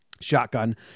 shotgun